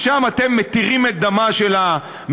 שם מתירים את דמה של המשטרה,